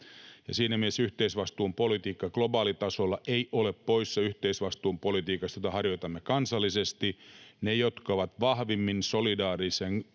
Siinä mielessä yhteisvastuun politiikka globaalitasolla ei ole poissa yhteisvastuun politiikasta, jota harjoitamme kansallisesti. Ne, jotka ovat vahvimmin solidaarisen